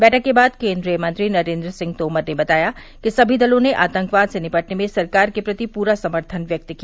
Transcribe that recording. बैठक के बाद केन्द्रीय मंत्री नरेन्द्र सिंह तोमर ने बताया कि सभी दलों ने आतंकवाद से निपटने में सरकार के प्रति पूरा समर्थन व्यक्त किया